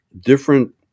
different